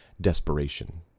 desperation